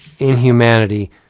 inhumanity